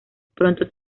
pronto